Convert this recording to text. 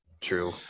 true